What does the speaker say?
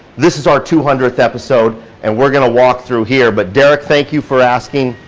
this is our two hundredth episode and we're gonna walk through here, but derek, thank you for asking.